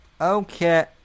Okay